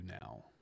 now